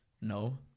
no